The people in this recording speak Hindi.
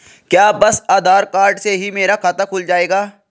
क्या बस आधार कार्ड से ही मेरा खाता खुल जाएगा?